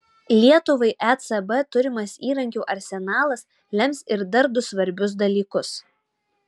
lietuvai ecb turimas įrankių arsenalas lems ir dar du svarbius dalykus